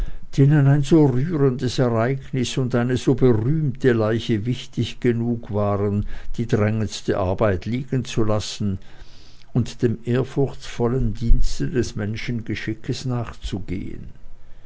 rührendes ereignis und eine so berühmte leiche wichtig genug waren die drängendste arbeit liegenzulassen und dem ehrfurchtsvollen dienste des menschengeschickes nachzugehen